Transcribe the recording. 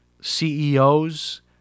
CEOs